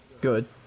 Good